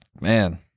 Man